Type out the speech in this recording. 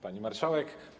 Pani Marszałek!